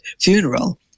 funeral